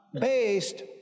based